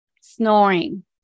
snoring